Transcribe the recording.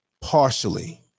partially